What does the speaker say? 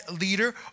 leader